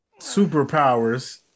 superpowers